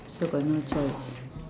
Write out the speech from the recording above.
so got no choice